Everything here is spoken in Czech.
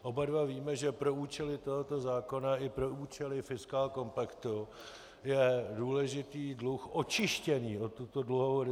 Oba víme, že pro účely tohoto zákona i pro účely fiskálkompaktu je důležitý dluh očištěný o tuto dluhovou rezervu.